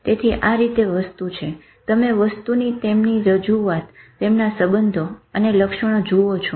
તેથી આ રીતે વસ્તુ છે તમે વસ્તુની તેમની રજૂઆતો તેમના સંબંધો અને લક્ષણો જુઓ છો